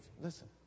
listen